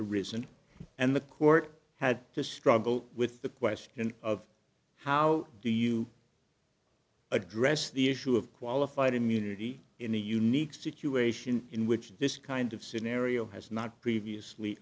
arisen and the court had to struggle with the question of how do you address the issue of qualified immunity in a unique situation in which this kind of scenario has not previously